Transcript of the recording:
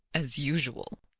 as usual.